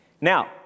Now